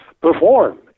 Perform